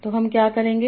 तोहम क्या करेंगे